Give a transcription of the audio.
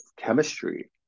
chemistry